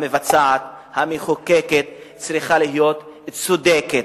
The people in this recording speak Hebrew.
המבצעת, המחוקקת, צריכה להיות צודקת.